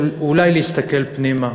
אולי להסתכל פנימה.